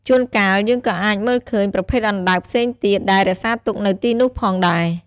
ជួនកាល យើងក៏អាចមើលឃើញប្រភេទអណ្ដើកផ្សេងទៀតដែលរក្សាទុកនៅទីនោះផងដែរ ។